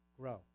grow